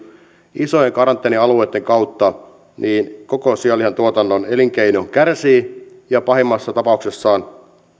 isojen karanteenialueitten kautta koko sianlihatuotannon elinkeino kärsii ja pahimmassa tapauksessa